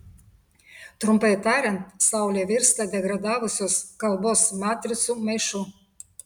trumpai tariant saulė virsta degradavusios kalbos matricų maišu